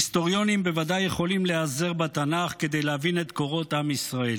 היסטוריונים בוודאי יכולים להיעזר בתנ"ך כדי להבין את קורות עם ישראל.